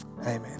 amen